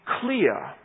clear